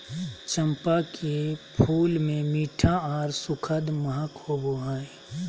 चंपा के फूल मे मीठा आर सुखद महक होवो हय